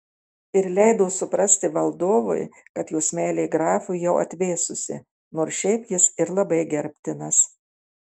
ir leido suprasti valdovui kad jos meilė grafui jau atvėsusi nors šiaip jis ir labai gerbtinas